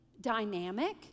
dynamic